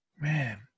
Man